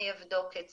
אני אבדוק את זה.